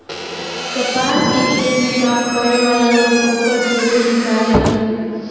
कपास के खेत में काम करे वाला लोग ओकरा से रुई निकालेले